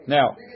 Now